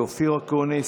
אופיר אקוניס,